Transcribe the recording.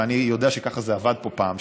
ואני יודע שככה זה עבד פה פעם,